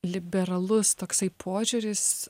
liberalus toksai požiūris